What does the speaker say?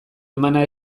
emana